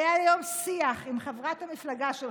היה היום שיח עם חברת המפלגה שלך,